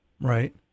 Right